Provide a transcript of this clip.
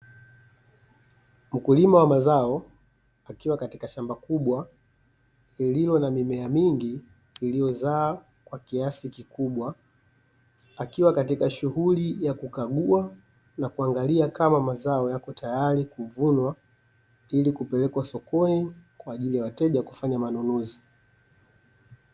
Mkulima wa mazao akiwa katika shamba kubwa lililo na mimea mingi iliyozaa kwa kiasi kikubwa, akiwa katika shughuli ya kukagua na kuangalia kama mazao yako tayari kuvunwa, ili kupelekwa sokoni kwaajili ya wateja kufanya manunuzi.